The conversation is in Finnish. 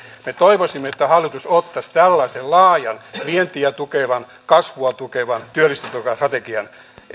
me toivoisimme että hallitus ottaisi tällaisen laajan vientiä tukevan kasvua tukevan työllisyyttä tukevan strategian